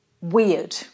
Weird